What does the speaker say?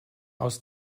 aus